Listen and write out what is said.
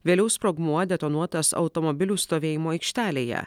vėliau sprogmuo detonuotas automobilių stovėjimo aikštelėje